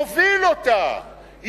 מוביל אותה.